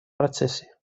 процессе